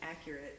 accurate